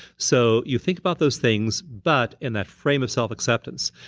so you think about those things but in that frame of self acceptance,